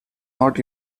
not